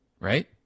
right